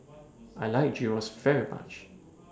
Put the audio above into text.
I like Gyros very much